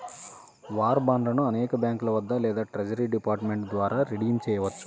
war బాండ్లను అనేక బ్యాంకుల వద్ద లేదా ట్రెజరీ డిపార్ట్మెంట్ ద్వారా రిడీమ్ చేయవచ్చు